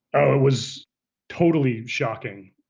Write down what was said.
oh, it was totally shocking.